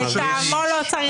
לטעמו לא צריך דיון.